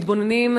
מתבוננים,